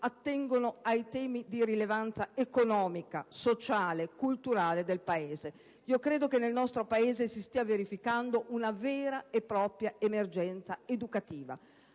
attengono ai temi di rilevanza economica, sociale, culturale del Paese. Io credo che nel nostro Paese si stia verificando una vera e propria emergenza educativa.